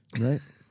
right